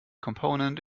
component